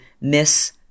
miss